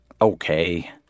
okay